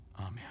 Amen